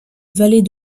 vallée